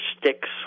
sticks